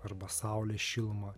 arba saulės šilumą